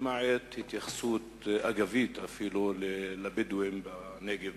פרט להתייחסות אגבית, אפילו, לבדואים בנגב.